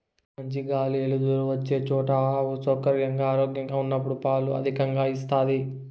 మంచి గాలి ఎలుతురు వచ్చే చోట ఆవు సౌకర్యంగా, ఆరోగ్యంగా ఉన్నప్పుడు పాలు అధికంగా ఇస్తాది